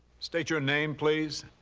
state your name, please.